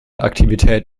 aktivität